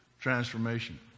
transformation